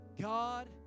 God